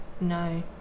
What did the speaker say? no